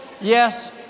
Yes